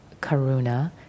karuna